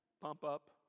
pump-up